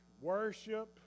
worship